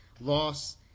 loss